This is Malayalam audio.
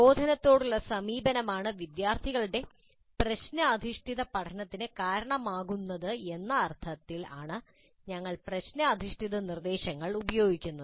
പ്രബോധനത്തോടുള്ള സമീപനമാണ് വിദ്യാർത്ഥികളുടെ പ്രശ്ന അധിഷ്ഠിത പഠനത്തിന് കാരണമാകുന്ന എന്ന അർത്ഥത്തിൽ ആണ് ഞങ്ങൾ പ്രശ്നഅധിഷ്ഠിത നിർദ്ദേശങ്ങൾ ഉപയോഗിക്കുന്നത്